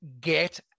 get